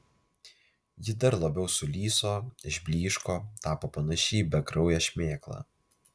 ji dar labiau sulyso išblyško tapo panaši į bekrauję šmėklą